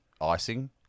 Icing